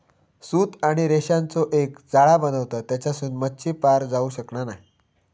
सूत आणि रेशांचो एक जाळा बनवतत तेच्यासून मच्छी पार जाऊ शकना नाय